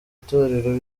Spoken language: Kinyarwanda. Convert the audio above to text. itorero